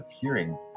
hearing